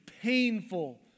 painful